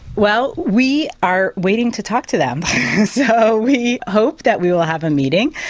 well we are waiting to talk to them so we hope that we will have a meeting,